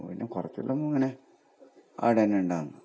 പിന്നെ കുറച്ചെല്ലാം അങ്ങനെ അവിടെ തന്നെ ഉണ്ടാകുന്നു